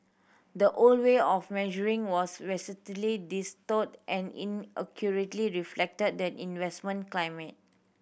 the old way of measuring was vastly distorted and inaccurately reflect the investment climate